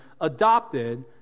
adopted